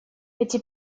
эти